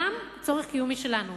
גם צורך קיומי שלנו.